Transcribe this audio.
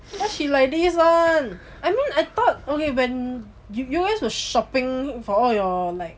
why she like this [one] I mean I thought okay when you guys were shopping for all your like